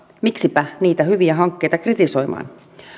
miksipä niitä hyviä hankkeita kritisoimaan